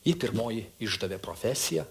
ji pirmoji išdavė profesiją